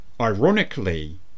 Ironically